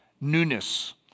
newness